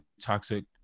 toxic